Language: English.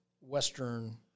Western